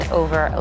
over